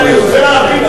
אני רוצה להבין.